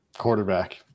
quarterback